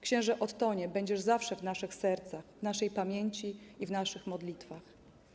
Księże Ottonie będziesz zawsze w naszych sercach, w naszej pamięci i w naszych modlitwach.